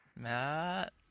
Matt